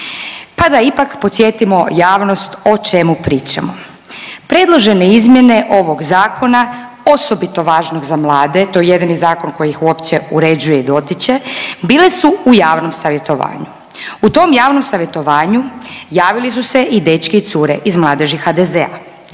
Pa da ipak podsjetimo javnost o čemu pričamo. Predložene izmjene ovog zakona osobito važnog za mlade, to je jedini zakon koji ih uopće uređuje i dotiče bile su u javnom savjetovanju. U tom javnom savjetovanju javili su se i dečki i cure iz mladeži HDZ-a.